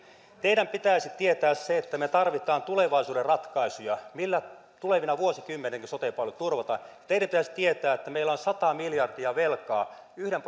teidän pitäisi tietää se että me tarvitsemme tulevaisuuden ratkaisuja millä tulevinakin vuosikymmeninä sote palvelut turvataan teidän pitäisi tietää että meillä on sata miljardia velkaa yhden